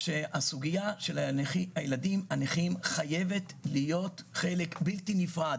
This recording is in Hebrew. שהסוגיה של הילדים הנכים חייבת להיות חלק בלתי נפרד